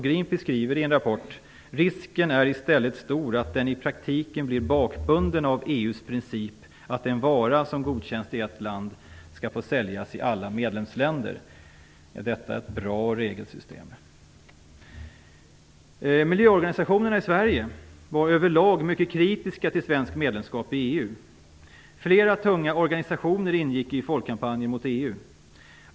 Greenpeace skriver i en rapport: "Risken är i stället stor att den i praktiken blir bakbunden av EU:s princip att en vara, som godkänts i ett land, ska få säljas i alla medlemsländer." Är detta ett bra regelsystem? Miljöorganisationerna i Sverige var över lag mycket kritiska till svenskt medlemskap i EU. Flera tunga organisationer ingick i Folkkampanjen mot EU.